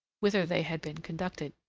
whither they had been conducted.